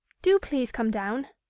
do please come down.